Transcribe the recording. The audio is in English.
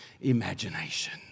imagination